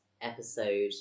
episode